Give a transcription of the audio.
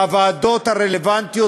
בוועדות הרלוונטיות,